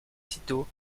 citeaux